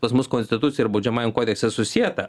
pas mus konstitucijoj ir baudžiamąjam kodekse susieta